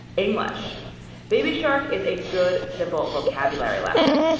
english baby shark is a good, simple vocabulary lesson,